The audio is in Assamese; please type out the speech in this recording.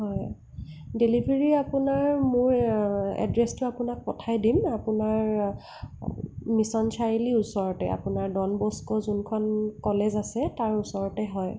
হয় ডেলিভাৰী আপোনাৰ মোৰ এড্ৰেছটো আপোনাক পঠাই দিম আপোনাৰ মিছন চাৰিআলি ওচৰতে আপোনাৰ ডনবস্কো যোনখন কলেজ আছে তাৰ ওচৰতে হয়